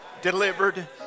delivered